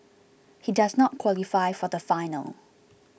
he does not qualify for the final